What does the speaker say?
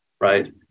right